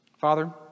Father